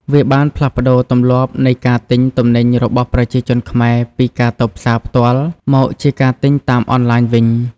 វាបានផ្លាស់ប្តូរទម្លាប់នៃការទិញទំនិញរបស់ប្រជាជនខ្មែរពីការទៅផ្សារផ្ទាល់ មកជាការទិញតាមអនឡាញវិញ។